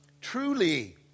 Truly